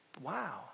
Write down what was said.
Wow